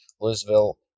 Louisville